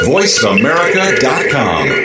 VoiceAmerica.com